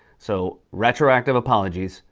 so, retroactive apologies,